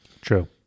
True